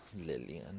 Lillian